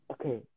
Okay